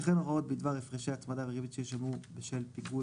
וכן הוראות בדבר הפרשי הצמדה וריבית שישולמו בשל פיגור